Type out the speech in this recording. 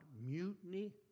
mutiny